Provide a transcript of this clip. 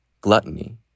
gluttony